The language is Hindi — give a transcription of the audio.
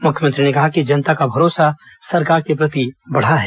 मुख्यमंत्री ने कहा कि जनता का भरोसा सरकार के प्रति बढ़ा है